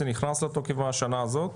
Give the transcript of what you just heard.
זה נכנס לתוקף השנה הזאת?